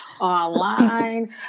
online